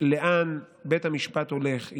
לאן בית המשפט הולך.